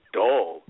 dull